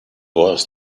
was